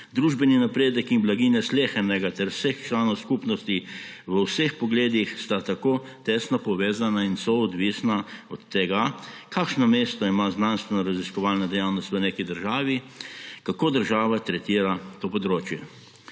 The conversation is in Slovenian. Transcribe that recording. Družbeni napredek in blaginja slehernega ter vseh članov skupnosti v vseh pogledih sta tako tesno povezana in soodvisna od tega, kakšno mesto ima znanstvenoraziskovalna dejavnost v neki državi, kako država tretira to področje.